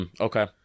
Okay